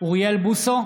אוריאל בוסו,